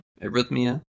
arrhythmia